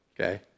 Okay